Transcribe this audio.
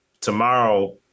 tomorrow